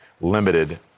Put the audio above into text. limited